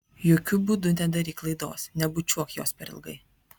jokiu būdu nedaryk klaidos nebučiuok jos per ilgai